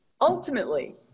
Ultimately